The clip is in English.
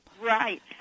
Right